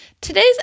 Today's